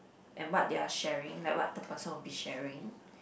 and what they are sharing like what the person would be sharing